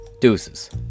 Deuces